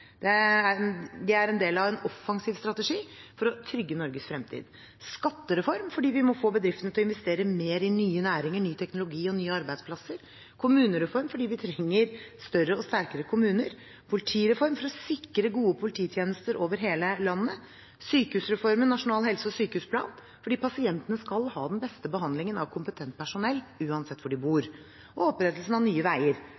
er en del av en offensiv strategi for å trygge Norges fremtid: Skattereform fordi vi må få bedriftene til å investere mer i nye næringer, ny teknologi og nye arbeidsplasser. Kommunereform fordi vi trenger større og sterkere kommuner. Politireform for å sikre gode polititjenester over hele landet. Sykehusreformen Nasjonal helse- og sykehusplan fordi pasientene skal ha den beste behandlingen av kompetent personell uansett hvor de bor. Opprettelsen av Nye Veier